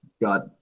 got